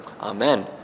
Amen